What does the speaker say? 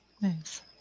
Nice